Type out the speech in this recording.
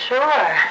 Sure